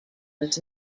was